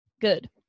Good